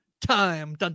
time